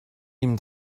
ihm